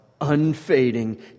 unfading